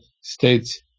states